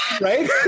Right